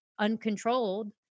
Uncontrolled